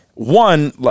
One